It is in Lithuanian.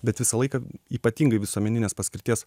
bet visą laiką ypatingai visuomeninės paskirties